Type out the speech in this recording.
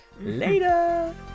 later